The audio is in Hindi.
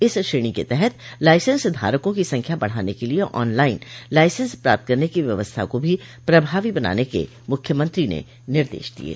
इस श्रेणी के तहत लाइसेंस धारकों की संख्या बढ़ाने के लिये ऑन लाइन लाइसेंस प्राप्त करने की व्यवस्था को ण्डप्रभावी बनाने के मुख्यमंत्री ने निर्देश दिये